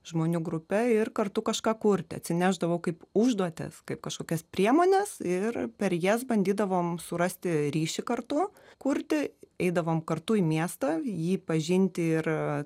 žmonių grupe ir kartu kažką kurti atsinešdavo kaip užduotis kaip kažkokias priemones ir per jas bandydavom surasti ryšį kartu kurti eidavom kartu į miestą jį pažinti ir